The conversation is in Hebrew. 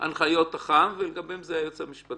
לגביכם זה הנחיות אח"מ ולגביהם זה היועץ המשפטי.